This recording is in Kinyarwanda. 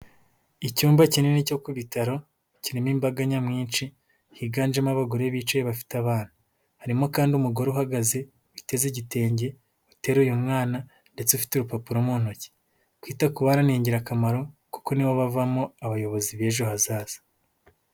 Icyumba kinini cyo ku bitaro, kirimo imbaga nyamwinshi, higanjemo abagore bicaye bafite abana, harimo kandi umugore uhagaze, witeze igitenge, uteruye mwana, ndetse ufite urupapuro mu ntoki, kwita kubana ni ingirakamaro, kuko nibo bavamo abayobozi b'ejo hazaza.